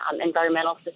environmental